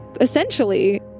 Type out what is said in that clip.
essentially